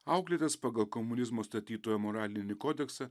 auklėtas pagal komunizmo statytojo moralinį kodeksą